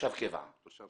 שיציג